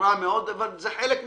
אבל זה חלק מהדמוקרטיה.